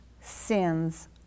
sins